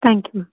thank you